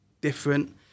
different